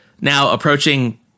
now-approaching